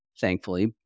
thankfully